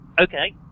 Okay